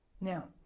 Now